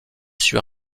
suis